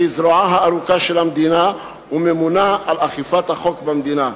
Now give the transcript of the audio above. שהיא זרועה הארוכה של המדינה וממונה על אכיפת החוק במדינה.